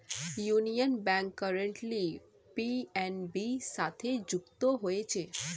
union bank currently PNB সাথে যুক্ত হয়েছে